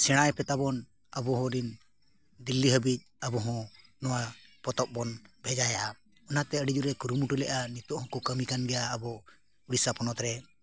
ᱥᱮᱬᱟᱭ ᱯᱮ ᱛᱟᱵᱚᱱ ᱟᱵᱚ ᱨᱮᱱ ᱫᱤᱞᱞᱤ ᱦᱟᱹᱵᱤᱡ ᱟᱵᱚ ᱦᱚᱸ ᱱᱚᱣᱟ ᱯᱚᱛᱚᱵ ᱵᱚᱱ ᱵᱷᱮᱡᱟᱭᱟ ᱚᱱᱟᱛᱮ ᱟᱹᱰᱤ ᱡᱳᱨᱮ ᱠᱩᱨᱩᱢᱩᱴᱩ ᱞᱮᱜᱼᱟ ᱱᱤᱛᱚᱜ ᱦᱚᱸᱠᱚ ᱠᱟᱹᱢᱤ ᱠᱟᱱ ᱜᱮᱭᱟ ᱟᱵᱚ ᱩᱲᱤᱥᱥᱟ ᱯᱚᱱᱚᱛ ᱨᱮ